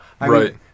right